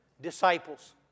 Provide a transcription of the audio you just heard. disciples